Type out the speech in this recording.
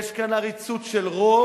יש כאן עריצות של רוב,